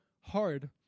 hard